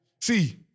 See